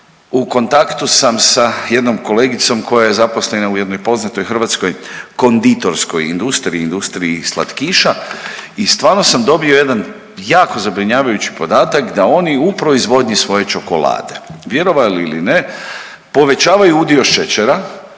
U kontaktu sam s jednom kolegicom koja je zaposlena u jednoj poznatoj hrvatskoj konditorskoj industriji, industriji slatkiša i stvarno sam dobio jedan jako zabrinjavajući podatak da oni u proizvodnji svoje čokolade vjerovali ili ne povećavaju udio šećera